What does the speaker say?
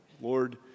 Lord